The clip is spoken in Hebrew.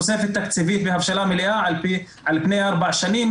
תוספת תקציבית בהבשלה מלאה על פני ארבע שנים,